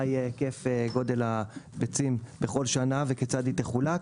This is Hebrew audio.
מה יהיה היקף גודל הביצים בכל שנה וכיצד היא תחולק.